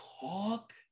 talk